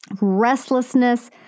restlessness